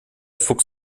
fuchs